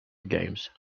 games